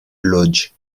lodge